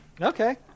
Okay